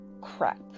crap